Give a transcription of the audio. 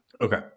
Okay